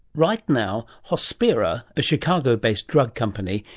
right now hospira, a chicago based drug company,